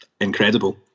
incredible